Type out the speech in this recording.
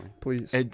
Please